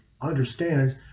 understands